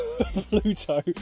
Pluto